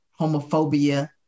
homophobia